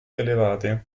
elevate